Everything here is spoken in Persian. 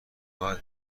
باید